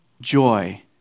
joy